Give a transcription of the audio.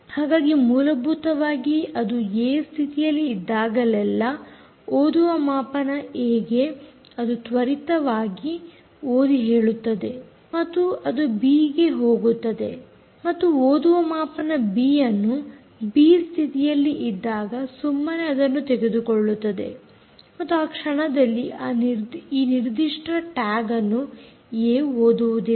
ಹಾಗಾಗಿ ಮೂಲಭೂತವಾಗಿ ಅದು ಏ ಸ್ಥಿತಿಯಲ್ಲಿ ಇದ್ದಾಗಲೆಲ್ಲಾ ಓದುವ ಮಾಪನ ಏ ಗೆ ಅದು ತ್ವರಿತವಾಗಿ ಓದಿ ಹೇಳುತ್ತದೆ ಮತ್ತು ಅದು ಸ್ಥಿತಿ ಬಿ ಗೆ ಹೋಗುತ್ತದೆ ಮತ್ತು ಓದುವ ಮಾಪನ ಬಿ ಯನ್ನು ಬಿ ಸ್ಥಿತಿಯಲ್ಲಿ ಇದ್ದಾಗ ಸುಮ್ಮನೆ ಅದನ್ನು ತೆಗೆದುಕೊಳ್ಳುತ್ತದೆ ಮತ್ತು ಆ ಕ್ಷಣದಲ್ಲಿ ಈ ನಿರ್ದಿಷ್ಟ ಟ್ಯಾಗ್ ಅನ್ನು ಏ ಓದುವುದಿಲ್ಲ